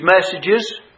messages